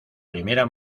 primera